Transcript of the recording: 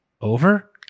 over